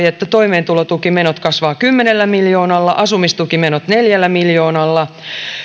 että toimeentulotukimenot kasvavat kymmenellä miljoonalla ja asumistukimenot neljällä miljoonalla